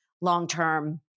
long-term